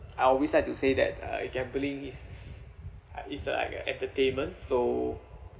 I always like to say that uh gambling is uh it's like an entertainment so